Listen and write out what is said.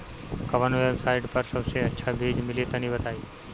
कवन वेबसाइट पर सबसे अच्छा बीज मिली तनि बताई?